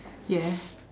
yes